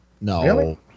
No